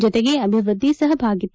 ಜತೆಗೆ ಅಭಿವೃದ್ದಿ ಸಹಭಾಗಿತ್ತ